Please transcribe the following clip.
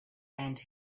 and